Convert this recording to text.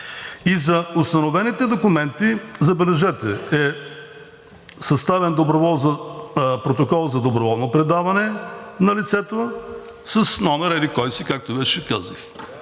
И за установените документи, забележете, е съставен протокол за доброволно предаване на лицето с номер еди-кой си, както вече казах.